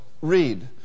Read